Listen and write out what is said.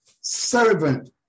Servant